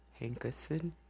Hankerson